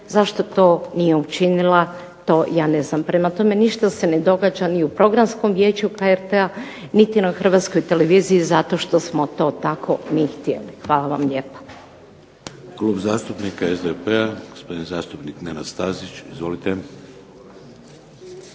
zašto to nije učinila to ja ne znam. Prema tome, ništa se ne događa niti u Programskom vijeću HRT-a niti na Hrvatskoj televiziji zato što smo to tako mi htjeli. Hvala vam lijepa.